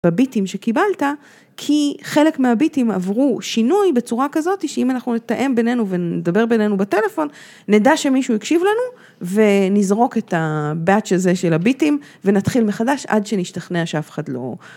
בביטים שקיבלת, כי חלק מהביטים עברו שינוי בצורה כזאת, שאם אנחנו נתאם בינינו ונדבר בינינו בטלפון, נדע שמישהו יקשיב לנו ונזרוק את ה-batch הזה של הביטים ונתחיל מחדש עד שנשתכנע שאף אחד לא...